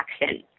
action